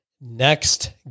Next